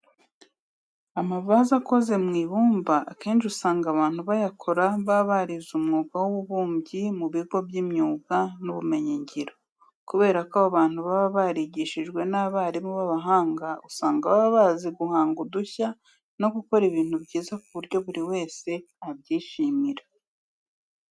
Amavaze akoze mu ibumba akenshi usanga abantu bayakora baba barize umwuga w'ububumbyi mu bigo by'imyuga n'ubumenyingiro. Kubera ko aba bantu baba barigishijwe n'abarimu b'abahanga, usanga baba bazi guhanga udushya no gukora ibintu byiza ku buryo buri wese abyishimira.